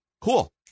cool